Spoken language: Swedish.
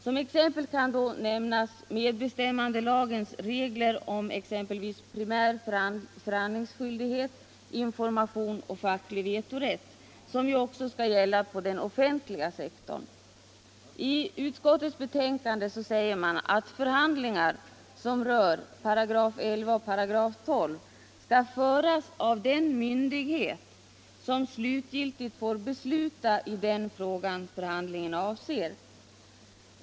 Som exempel kan då nämnas medbestämmandelagens regler om exempelvis primärförhandlingsskyldighet, information och facklig vetorätt, som ju också skall gälla på den offentliga sektorn. I utskottets betänkande sägs att förhandlingar som rör 11 § och 12 § skall föras av den myndighet som slutgiltigt får besluta i den fråga förhandlingen avser.